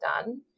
Done